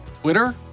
Twitter